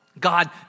God